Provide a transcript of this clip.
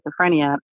schizophrenia